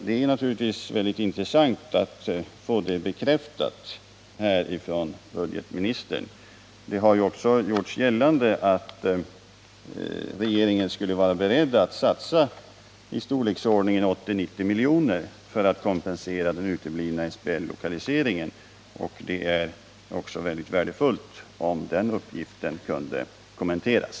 Det är naturligtvis väldigt intressant att få det bekräftat av budgetministern. Det har också gjorts gällande att regeringen skulle vara beredd att satsa en summa i storleksordningen 80-90 miljoner för att kompensera den uteblivna SBL-lokaliseringen, och det är också mycket värdefullt om den uppgiften kan kommenteras.